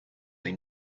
they